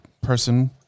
person